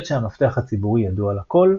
היות שהמפתח הציבורי ידוע לכל,